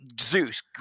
Zeus